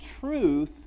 truth